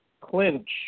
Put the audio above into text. clinch